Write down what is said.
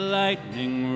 lightning